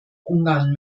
ungarn